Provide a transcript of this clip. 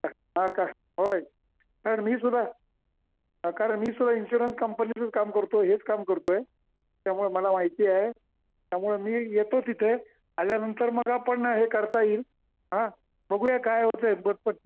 हा का होय कारण मीसुद्धा हा कारण मीसुद्धा इन्शुरन्स कंपनीचंच काम करतो आहे हेच काम करतो आहे त्यामुळे मला माहिती आहे त्यामुळे मी येतो तिथे आल्यानंतर मग आपण हे करता येईल हा बघूया काय होतं आहे बदप